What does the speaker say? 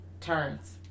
turns